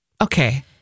okay